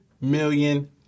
million